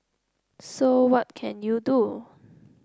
so what can you do